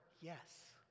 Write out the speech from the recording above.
yes